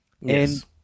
Yes